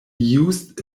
used